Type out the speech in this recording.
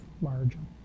Margin